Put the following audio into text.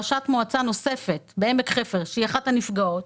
ראשת מועצת עמק חפר היא אחת הנפגעות